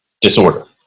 disorder